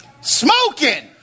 Smoking